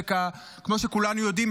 שכמו שכולנו יודעים,